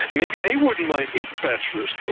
maybe they wouldn't mind eight spatulas,